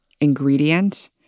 ingredient